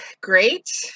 great